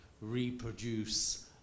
reproduce